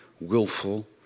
willful